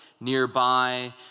nearby